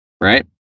right